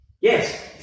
Yes